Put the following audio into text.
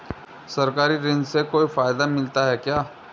सरकारी ऋण से कोई फायदा मिलता है क्या?